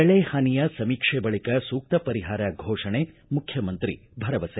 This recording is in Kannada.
ಬೆಳೆ ಹಾನಿಯ ಸಮೀಕ್ಷೆ ಬಳಿಕ ಸೂಕ್ತ ಪರಿಹಾರ ಘೋಷಣೆ ಮುಖ್ಯಮಂತ್ರಿ ಭರವಸೆ